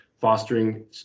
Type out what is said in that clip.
fostering